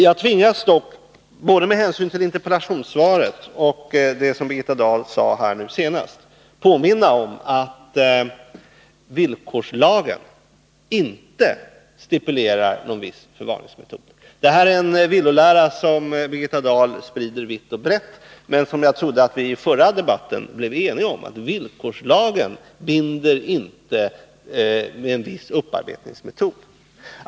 Jag tvingas dock — både med hänsyn tillinterpellationssvaret och det som Birgitta Dahl sade senast — påminna om att villkorslagen inte stipulerar någon viss förvaringsmetod. Det är en villolära som Birgitta Dahl sprider vitt och brett. Men jag trodde att vi i den förra debatten blev eniga om att villkorslagen inte binder oss till en viss upparbetningsmetod.